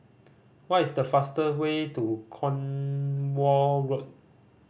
what is the fast way to Cornwall Road